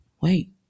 wait